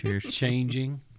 changing